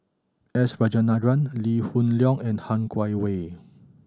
S Rajendran Lee Hoon Leong and Han Guangwei